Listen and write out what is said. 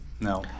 No